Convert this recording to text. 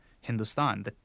Hindustan